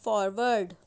forward